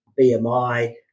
BMI